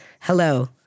hello